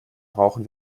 brauchen